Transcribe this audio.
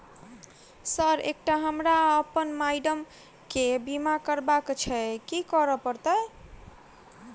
Sir एकटा हमरा आ अप्पन माइडम केँ बीमा करबाक केँ छैय की करऽ परतै?